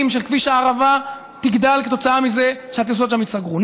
של כביש הערבה תגדל כתוצאה מזה שהטיסות שם ייסגרו.